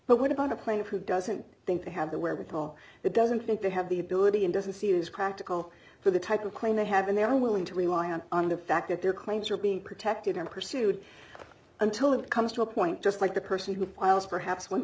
but what about a plaintiff who doesn't think they have the wherewithal that doesn't think they have the ability and doesn't see as practical for the type of claim they have and they are unwilling to rely on on the fact that their claims are being protected and pursued until it comes to a point just like the person who files perhaps when